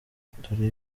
dore